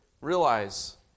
realize